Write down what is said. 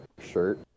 shirt